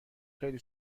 خیلی